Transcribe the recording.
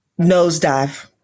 nosedive